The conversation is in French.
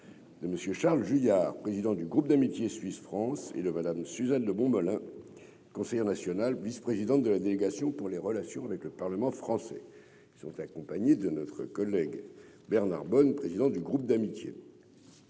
de M. Charles Juillard, président du groupe d'amitié Suisse-France, et de Mme Simone de Montmollin, conseillère nationale, vice-présidente de la délégation pour les relations avec le Parlement français. Ils sont accompagnés par notre collègue Bernard Bonne, président du groupe d'amitié